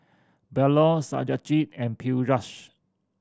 Bellur Satyajit and Peyush